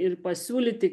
ir pasiūlyti